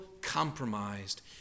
compromised